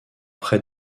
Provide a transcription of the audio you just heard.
près